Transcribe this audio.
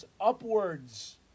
upwards